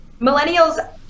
Millennials